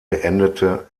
beendete